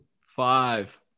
Five